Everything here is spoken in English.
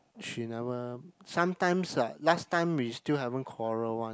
she never sometimes like last time we still haven't quarrel one